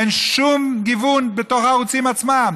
אין שום גיוון בתוך הערוצים עצמם.